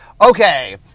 Okay